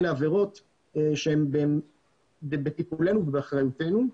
הן עבירות שבטיפולנו ובאחריותנו.